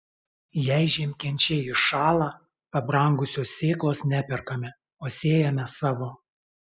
jei žiemkenčiai iššąla pabrangusios sėklos neperkame o sėjame savo